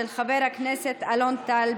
של חבר הכנסת אלון טל.